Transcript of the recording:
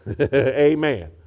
Amen